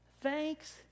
thanks